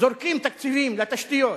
זורקים תקציבים לתשתיות.